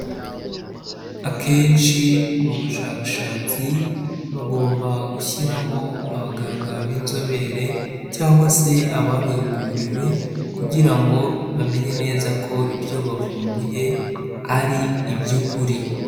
Akenshi mu bushakashatsi bagomba gushyiramo abaganga b'inzobere cyangwa se ababihuguriwe kugira ngo bamenye neza ko ibyo bavumbuye ari iby’ukuri.